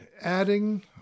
Adding